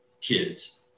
kids